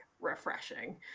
refreshing